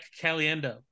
Caliendo